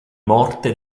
morte